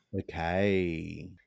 Okay